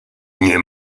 nie